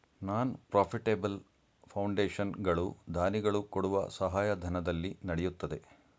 ನಾನ್ profitable foundation ಗಳು ದಾನಿಗಳು ಕೊಡುವ ಸಹಾಯಧನದಲ್ಲಿ ನಡೆಯುತ್ತದೆ